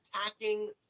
attacking